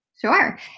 Sure